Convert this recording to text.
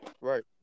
Right